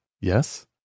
Yes